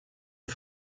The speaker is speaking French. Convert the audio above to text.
des